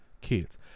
kids